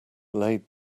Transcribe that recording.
laid